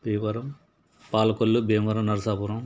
Bhimavaram Palakollu Bhimaram Narasapuram